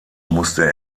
musste